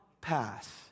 pass